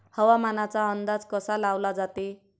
हवामानाचा अंदाज कसा लावला जाते?